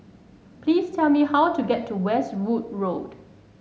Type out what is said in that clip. please tell me how to get to Westwood Road